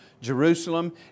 Jerusalem